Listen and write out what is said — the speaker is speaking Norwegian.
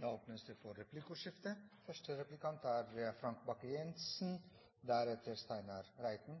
Det blir replikkordskifte. Tidligere var det en SV-statsråd som kom med et forslag om at det offentlige ved hjelp av anbudsprinsippet skulle sørge for